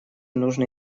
нужно